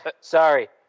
sorry